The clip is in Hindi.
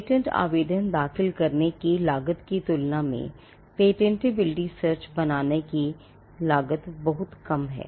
पेटेंट आवेदन दाखिल करने की लागत की तुलना में पेटेंटैबिलिटी सर्च बनाने की लागत बहुत कम है